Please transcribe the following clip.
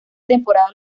temporada